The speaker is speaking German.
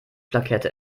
plakette